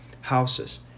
Houses